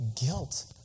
guilt